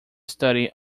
study